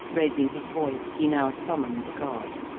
raising his voice, he now summoned the guard.